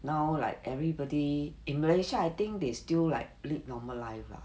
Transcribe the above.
now like everybody in malaysia I think they still like live normal life lah